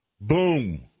Boom